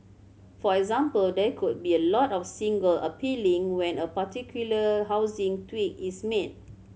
for example there could be a lot of single appealing when a particular housing tweak is made